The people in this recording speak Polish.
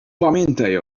pamiętaj